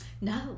No